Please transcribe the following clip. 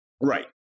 right